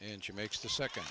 and she makes the second